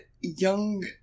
young